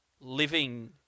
living